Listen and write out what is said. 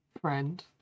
friend